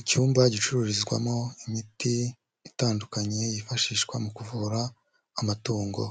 Icyumba gicururizwamo imiti itandukanye yifashishwa mu kuvura amatungo,